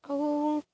ଆଉ